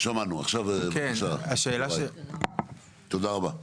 תודה רבה.